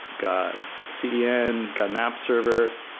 got cdn, got an app server,